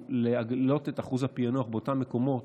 להעלות את אחוז הפענוח באותם מקומות